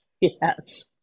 Yes